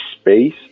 space